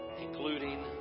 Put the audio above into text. including